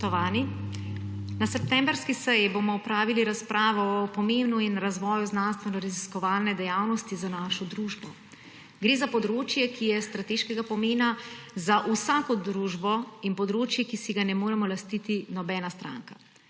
Na septembrski seji bomo opravili razpravo o pomenu in razvoju znanstvenoraziskovalne dejavnosti za našo družbo. Gre za področje, ki je strateškega pomena za vsako družbo, in področje, ki si ga ne moremo lastiti nobena stranka.